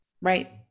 Right